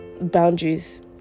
boundaries